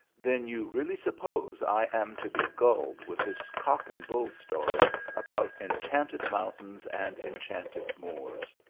then you really suppose i am to be gulled with this cock-and-bull story about enchanted mountains, and enchanted moors.